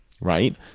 right